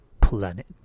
planet